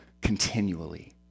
continually